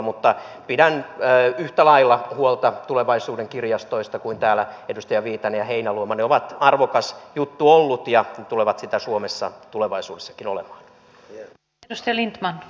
mutta pidän yhtä lailla huolta tulevaisuuden kirjastoista kuin täällä edustajat viitanen ja heinäluoma ne ovat arvokas juttu olleet ja tulevat sitä suomessa tulevaisuudessakin olemaan